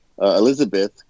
elizabeth